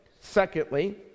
Secondly